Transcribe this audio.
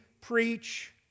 preach